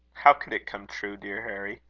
how could it come true, dear harry?